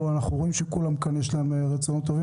אנחנו רואים שכולם כאן יש להם רצון טוב,